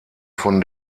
von